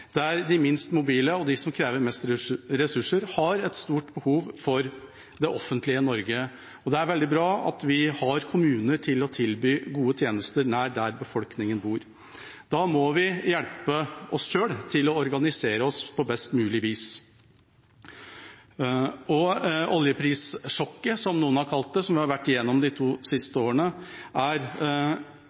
der de minst mobile og de som krever mest ressurser, har et stort behov for det offentlige Norge. Det er veldig bra at vi har kommuner som kan tilby gode tjenester nær der befolkningen bor. Da må vi hjelpe oss selv til å organisere oss på best mulig vis. Oljeprissjokket, som noen har kalt det, som vi har vært igjennom de to siste årene, er